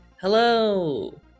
Hello